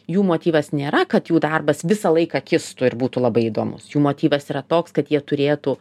jų motyvas nėra kad jų darbas visą laiką kistų ir būtų labai įdomus jų motyvas yra toks kad jie turėtų